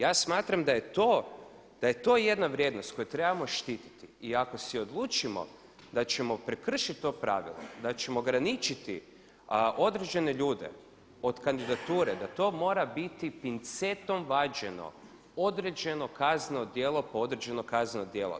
Ja smatram da je to jedna vrijednost koju trebamo štiti i ako si odlučimo da ćemo prekršiti to pravilo, da ćemo graničiti određene ljude od kandidature da to mora biti pincetom vađeno određeno kazneno djelo po određeno kazneno djelo.